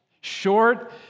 Short